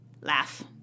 laugh